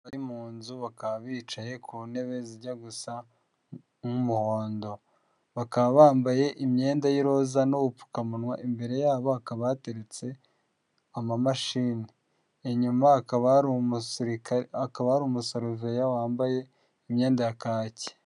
Bari mu inzu bakaba bicaye ku ntebe zijya gusa nk'umuhondo bakaba bambaye imyenda y'iroza n'ugupfukamunwa imbere yabo hakaba hateretse amamashini inyuma akaba hari umusirikare akaba ari umusaruveya wambaye imyenda ya kake.